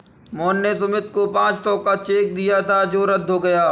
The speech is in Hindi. मोहन ने सुमित को पाँच सौ का चेक दिया था जो रद्द हो गया